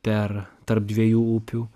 per tarp dviejų upių